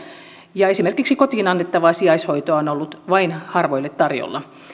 ja esimerkiksi kotiin annettavaa sijaishoitoa on ollut vain harvoille tarjolla